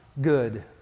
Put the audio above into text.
good